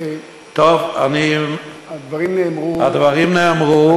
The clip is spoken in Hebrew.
הדברים נאמרו.